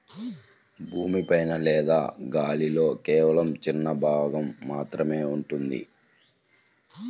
భూమి పైన లేదా గాలిలో కేవలం చిన్న భాగం మాత్రమే ఉంటుంది